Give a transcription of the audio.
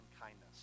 kindness